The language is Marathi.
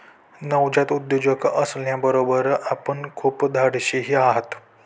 नवजात उद्योजक असण्याबरोबर आपण खूप धाडशीही आहात